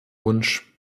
wunsch